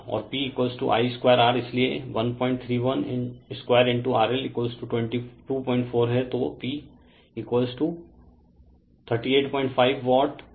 और P I2R इसलिए 1312RL 224 है तो P385 वाट है